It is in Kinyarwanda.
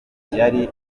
yari